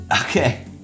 Okay